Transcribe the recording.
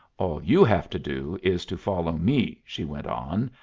all you have to do is to follow me, she went on,